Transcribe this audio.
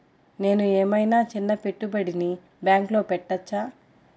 నేను ఏమయినా చిన్న పెట్టుబడిని బ్యాంక్లో పెట్టచ్చా?